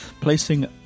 placing